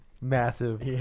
massive